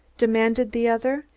demanded the other.